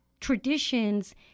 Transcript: traditions